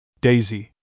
Daisy